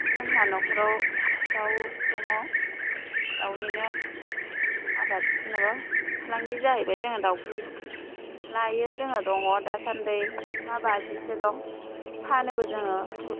जोंहा न'खराव दाव दङ दावनिनो आबाद जेनेबा फालांगि जाहैबाय जोङो दावखौ बिदि लायो जोङो दङ दासान्दि मा बाजिसो दङ फानोबो जोङो